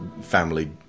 family